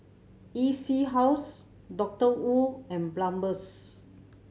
E C House Doctor Wu and Palmer's